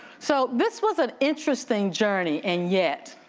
so this was an interesting journey and yet